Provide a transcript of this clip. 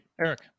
eric